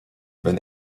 wenn